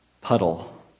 puddle